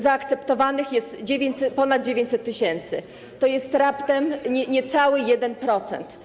Zaakceptowanych jest ponad 900 tys., to jest raptem niecały 1%.